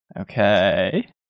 Okay